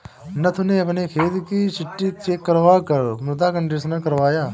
नथु ने अपने खेत की मिट्टी चेक करवा कर मृदा कंडीशनर करवाया